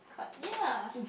ya